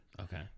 Okay